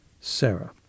Sarah